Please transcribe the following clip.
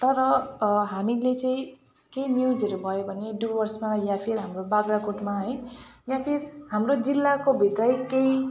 तर हामीले चाहिँ केही न्युजहरू भयो भने डुवर्समा या फेरि हाम्रो बाख्राकोटमा है या फेरि हाम्रो जिल्लाको भित्रै केही